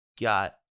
got